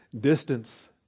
distance